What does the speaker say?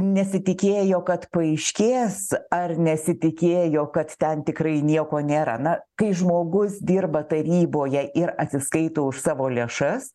nesitikėjo kad paaiškės ar nesitikėjo kad ten tikrai nieko nėra na kai žmogus dirba taryboje ir atsiskaito už savo lėšas